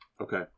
okay